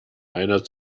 einer